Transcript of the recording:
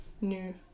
new